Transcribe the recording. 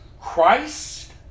Christ